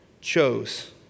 chose